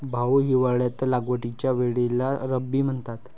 भाऊ, हिवाळ्यात लागवडीच्या वेळेला रब्बी म्हणतात